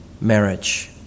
Marriage